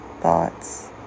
thoughts